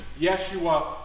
Yeshua